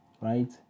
right